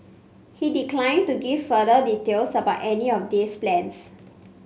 he declined to give further details about any of these plans